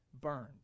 burned